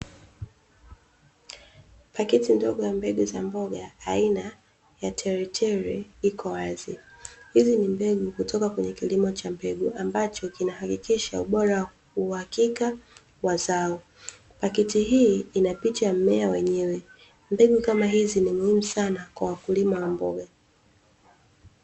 Paketi ndogo ya mbegu za mboga aina ya teretere iko wazi. Hizi ni mbegu kutoka kwenye kilimo cha mbegu ambacho kinahakikisha ubora, uhakika wa zao. Paketi hii ina picha ya mmea wenyewe, mbegu kama hizi ni muhimu sana kwa wakulima wa mboga.